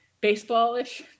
baseball-ish